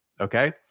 Okay